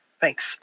Thanks